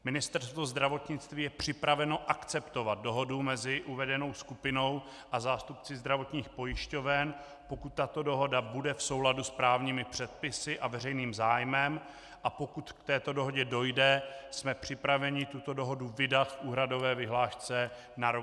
Ministerstvo zdravotnictví je připraveno akceptovat dohodu mezi uvedenou skupinou a zástupci zdravotních pojišťoven, pokud tato dohoda bude v souladu s právními předpisy a veřejným zájmem, a pokud k této dohodě dojde, jsme připraveni tuto dohodu vydat v úhradové vyhlášce na rok 2016.